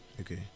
Okay